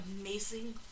amazing